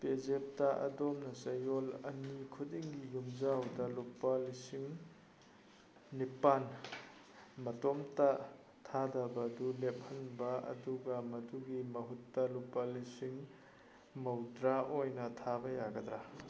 ꯄꯦꯖꯦꯞꯇ ꯑꯗꯣꯝꯅ ꯆꯌꯣꯜ ꯑꯅꯤ ꯈꯨꯗꯤꯡꯒꯤ ꯌꯨꯝꯖꯥꯎꯗ ꯂꯨꯄꯥ ꯂꯤꯁꯤꯡ ꯅꯤꯄꯥꯟ ꯃꯇꯣꯝꯇ ꯊꯥꯗꯕꯗꯨ ꯂꯦꯞꯍꯟꯕ ꯑꯗꯨꯒ ꯃꯗꯨꯒꯤ ꯃꯍꯨꯠꯇ ꯂꯨꯄꯥ ꯂꯤꯁꯤꯡ ꯃꯧꯗ꯭ꯔꯥ ꯑꯣꯏꯅ ꯊꯥꯕ ꯌꯥꯒꯗ꯭ꯔꯥ